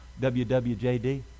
WWJD